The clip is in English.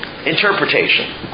Interpretation